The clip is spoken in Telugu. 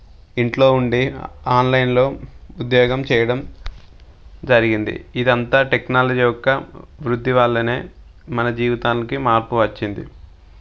ఇంట్లో ఉండి ఆన్లైన్లో ఉద్యోగం చేయడం జరిగింది ఇదంతా టెక్నాలజీ యొక్క వృత్తి వల్లనే మన జీవితానికి మార్పు వచ్చింది